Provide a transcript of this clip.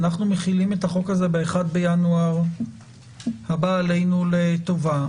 אנחנו מחילים את החוק הזה ב-1 בינואר 2022 הבא עלינו לטובה.